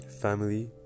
Family